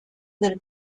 del